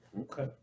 Okay